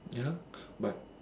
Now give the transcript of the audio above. ya but